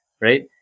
right